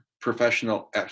professional